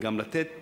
גם לתת